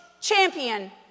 champion